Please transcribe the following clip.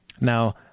Now